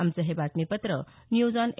आमचं हे बातमीपत्र न्यूज ऑन ए